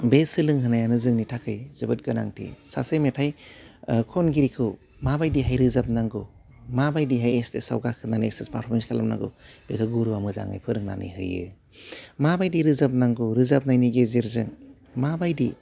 बे सोलोंहोनायानो जोंनि थाखै जोबोद गोनांथि सासे मेथाइ ओह खनगिरिखौ माबायदिहाय रोजाबनांगौ माबायदिहाय एस्टेसाव गाखोनानै स्टेस फारफमेन्स खालामनांगौ बेखौ गुरुआ मोजाङै फोरोंनानै होयो माबायदि रोजाबनांगौ रोजाबनायनि गेजेरजों माबायदि